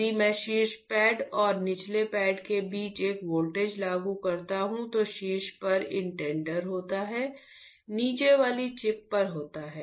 यदि मैं शीर्ष पैड और निचले पैड के बीच एक वोल्टेज लागू करता हूं तो शीर्ष पर इंडेंटर होता है नीचे वाली चिप पर होता है